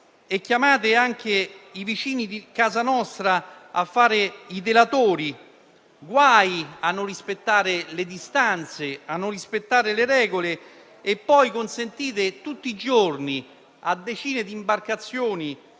chiamando anche i vicini di casa nostra a fare da delatori. Guai a non rispettare le distanze, a non rispettare le regole, ma poi consentite tutti i giorni a decine di imbarcazioni